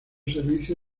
servicio